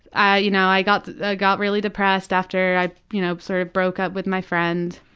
i you know i got ah got really depressed after i you know sort of broke up with my friend,